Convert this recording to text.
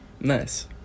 nice